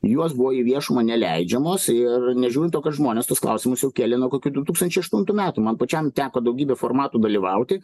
jos buvo į viešumą neleidžiamos ir nežiūrint to kad žmonės tuos klausimus jau kėlė nuo kokių du tūkstančiai aštuntų metų man pačiam teko daugybę formatų dalyvauti